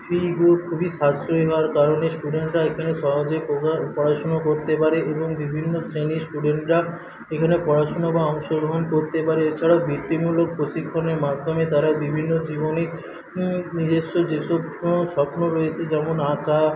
খুবই সাশ্রয় হওয়ার কারনে স্টুডেন্টরা এখানে সহজে পড়াশোনা করতে পারে এবং বিভিন্ন শ্রেণির স্টুডেন্টরা এখানে পড়াশোনা বা অংশগ্রহণ করতে পারে এছাড়াও বৃত্তিমূলক প্রশিক্ষণের মাধ্যমে তারা বিভিন্ন জীবনিক নিজস্ব যেসব স্বপ্ন রয়েছে যেমন আঁকা